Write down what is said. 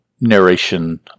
narration